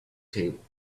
table